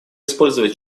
использовать